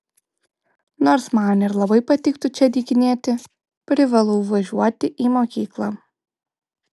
nors man ir labai patiktų čia dykinėti privalau važiuoti į mokyklą